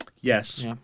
Yes